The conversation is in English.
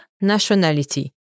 nationality